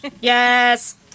Yes